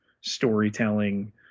storytelling